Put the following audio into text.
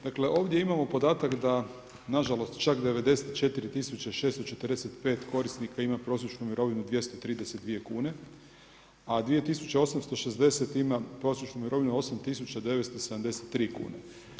Dakle, ovdje imamo podatak, da nažalost, čak 94645 korisnika ima prosječnu mirovinu 232 kn, a 286 ima prosječnu mirovinu 8973 kn.